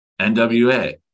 NWA